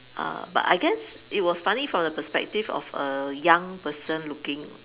err but I guess it was funny for the perspective of a young person looking